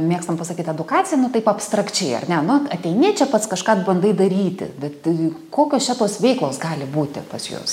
mėgstam pasakyt edukacija nu taip abstrakčiai ar ne nu ateini čia pats kažką bandai daryti bet t kokios čia tos veiklos gali būti pas jus